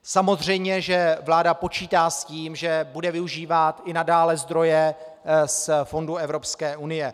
Samozřejmě že vláda počítá s tím, že bude využívat i nadále zdroje z fondů Evropské unie.